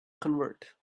convert